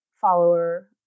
follower